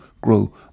grow